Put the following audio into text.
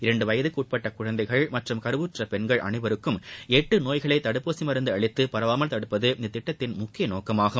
இரண்டு வயதுக்குட்பட்ட குழந்தைகள் மற்றும் கருவுற்ற பெண்கள் அனைவருக்கும் எட்டு நோய்களை தடுப்பூசி மருந்து அளித்து பரவாமல் தடுப்பது இத்திட்டத்தின் முக்கிய நோக்கமாகும்